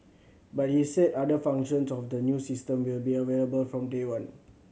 but he said other functions of the new system will be available from day one